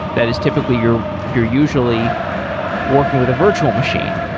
that is typically you're you're usually working with a virtual machine.